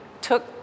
took